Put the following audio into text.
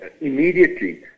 immediately